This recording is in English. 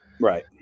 Right